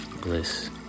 bliss